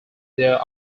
there